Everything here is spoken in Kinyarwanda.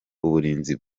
uburinzi